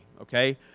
okay